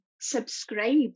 subscribe